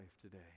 today